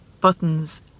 buttons